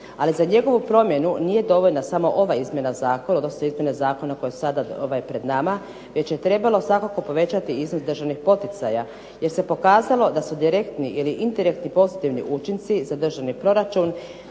ali za njegovu promjenu nije dovoljna samo ova izmjena zakona koja je sada pred nama već je trebalo svakako povećati iznos državnih poticaja jer se pokazalo da su direktni ili indirektni pozitivni učinci za državi je proračun